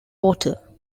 water